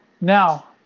Now